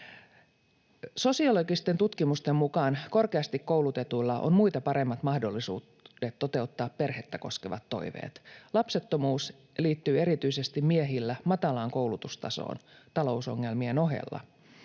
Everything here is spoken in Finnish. Sosiologisten tutkimusten mukaan korkeasti koulutetuilla on muita paremmat mahdollisuudet toteuttaa perhettä koskevat toiveet. Lapsettomuus liittyy erityisesti miehillä matalaan koulutustasoon talousongelmien ohella.